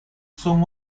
son